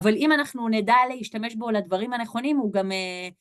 אבל אם אנחנו נדע להשתמש בו לדברים הנכונים, הוא גם...